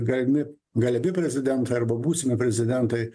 galimi galimi prezidentai arba būsimi prezidentai